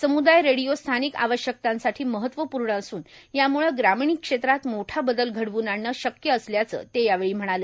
समुदाय रेडिओ स्थानिक आवश्यकतांसाठी महत्वपूर्ण असून यामुळं ग्रामीण क्षेत्रात मोठा बदल घडवून आणणं शक्य असल्याचं ते यावेळी म्हणाले